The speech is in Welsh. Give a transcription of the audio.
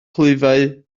clwyfau